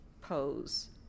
pose